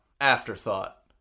Afterthought